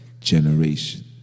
generation